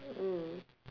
mm